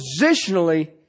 positionally